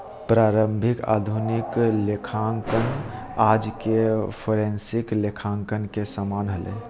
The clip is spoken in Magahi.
प्रारंभिक आधुनिक लेखांकन आज के फोरेंसिक लेखांकन के समान हलय